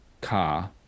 car